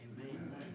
Amen